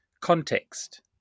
context